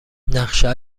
نقشت